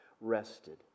rested